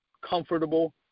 comfortable